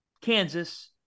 Kansas